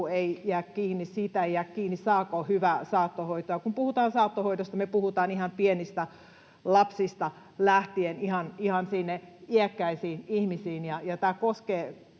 asuu, ei jää kiinni, saako hyvää saattohoitoa. Kun puhutaan saattohoidosta, me puhutaan ihan pienistä lapsista lähtien ihan sinne iäkkäisiin ihmisiin, ja tämä koskee